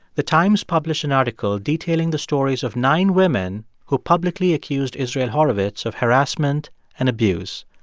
the times published an article detailing the stories of nine women who publicly accused israel horovitz of harassment and abuse.